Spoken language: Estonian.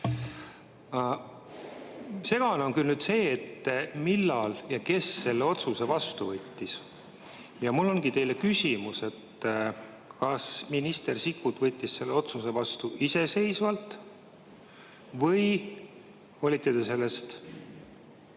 Segane on küll see, millal ja kes selle otsuse vastu võttis. Ja mul ongi teile küsimus, et kas minister Sikkut võttis selle otsuse vastu iseseisvalt või olite te sellest